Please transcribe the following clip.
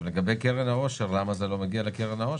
ולגבי קרן העושר, למה זה לא מגיע לקרן העושר?